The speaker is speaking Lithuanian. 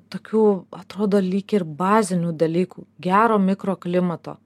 tokių atrodo lyg ir bazinių dalykų gero mikroklimato